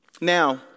Now